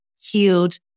healed